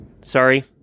sorry